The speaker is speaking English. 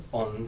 on